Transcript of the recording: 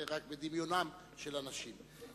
זה רק בדמיונם של אנשים.